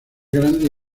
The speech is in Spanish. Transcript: grande